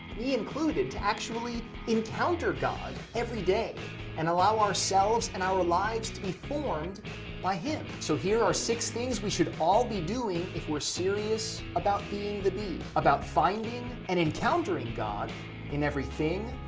me included, to actually encounter god every day and allow ourselves and our lives to be formed by him. so here are six things we should all be doing if we're serious about being the bee. about finding and encountering god in everything,